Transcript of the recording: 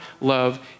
love